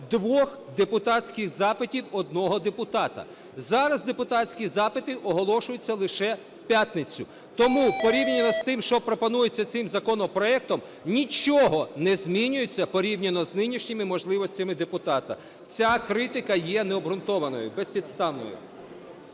двох депутатських запитів одного депутата. Зараз депутатські запити оголошуються в п'ятницю. Тому порівняно з тим, що пропонується цим законопроектом, нічого не змінюється порівняно з нинішніми можливостями депутата. Ця критика є необґрунтованою, безпідставною.